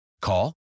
Call